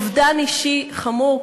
אובדן אישי חמור.